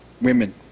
Women